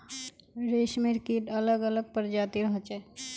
रेशमेर कीट अलग अलग प्रजातिर होचे